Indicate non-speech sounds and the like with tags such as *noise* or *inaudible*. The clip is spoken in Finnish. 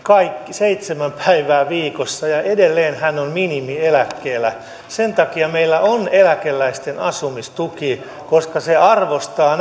seitsemän päivää viikossa ja edelleen hän on minimieläkkeellä sen takia meillä on eläkeläisten asumistuki koska se arvostaa *unintelligible*